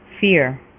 Fear